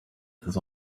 this